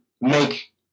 make